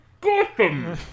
Gotham